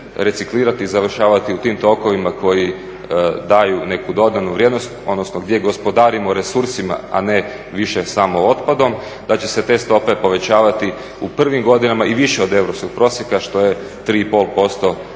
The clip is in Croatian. reciklirati i završavati u tim tokovima koji daju neku dodanu vrijednost, odnosno gdje gospodarimo resursima a ne više samo otpadom, da će se te stope povećavati u prvim godinama i više od europskog prosjeka, što je 3,5%